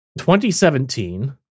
2017